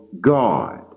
God